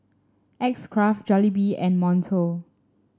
X Craft Jollibee and Monto